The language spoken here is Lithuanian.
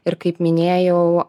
ir kaip minėjau